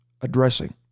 addressing